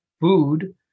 food